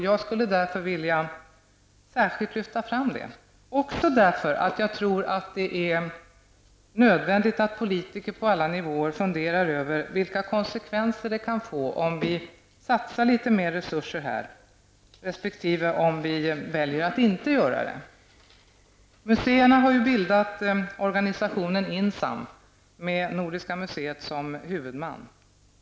Jag vill därför särskilt lyfta fram det, också därför att jag tror att det är nödvändigt att politiker på alla nivåer funderar över vilka konsekvenser det kan få om vi satsar litet mer resurser här resp. om vi väljer att inte göra det. Museerna har bildat organisationen INSAM med Nordiska museet som huvudman.